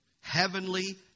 Heavenly